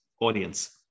audience